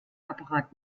apparat